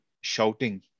shouting